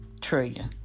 trillion